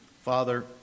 Father